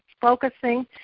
focusing